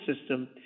system